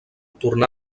tornà